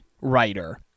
writer